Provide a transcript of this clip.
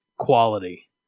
quality